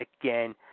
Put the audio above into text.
again